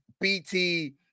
BT